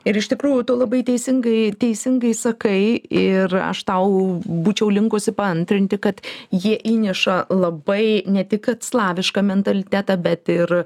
ir iš tikrųjų tu labai teisingai teisingai sakai ir aš tau būčiau linkusi paantrinti kad jie įneša labai ne tik kad slavišką mentalitetą bet ir